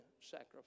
sacrifice